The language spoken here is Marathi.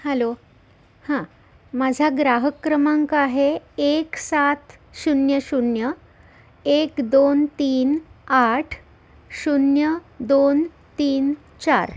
हॅलो हां माझा ग्राहक क्रमांक आहे एक सात शून्य शून्य एक दोन तीन आठ शून्य दोन तीन चार